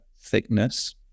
thickness